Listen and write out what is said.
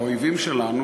האויבים שלנו,